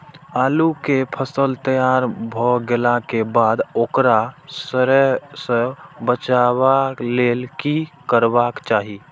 आलू केय फसल तैयार भ गेला के बाद ओकरा सड़य सं बचावय लेल की करबाक चाहि?